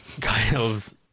Kyle's